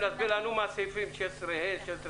מה אומרים סעיפים 16(ד,